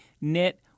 knit